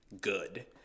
good